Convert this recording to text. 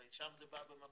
הרי שם זה בא במפתיע,